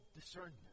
discernment